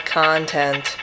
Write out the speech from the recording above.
content